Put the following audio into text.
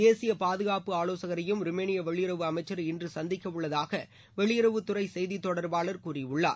தேசிய பாதுகாப்பு ஆலோசகரையும் ருமேனிய வெளியுறவு அமைச்சர் இன்று சந்திக்க உள்ளதாக வெளியுறவுத்துறை செய்தித் தொடர்பாளர் திரு ரவீஸ் குமார் கூறியுள்ளார்